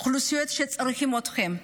אוכלוסיות שצריכות אתכם.